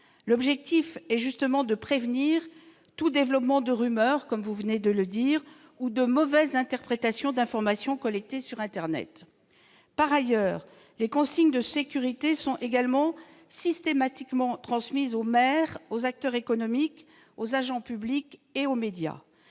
L'objectif est justement de prévenir tout développement de rumeurs, vous l'avez dit, ou de mauvaises interprétations d'informations collectées sur internet. Par ailleurs, les consignes de sécurité sont, elles aussi, systématiquement transmises aux maires, aux acteurs économiques, aux agents publics et aux médias.